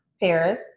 Paris